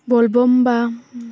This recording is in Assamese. ব'লব'ম বা